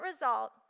result